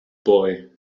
boy